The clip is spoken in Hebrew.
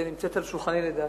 זה נמצא על שולחני, לדעתי,